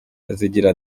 kazigira